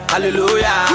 Hallelujah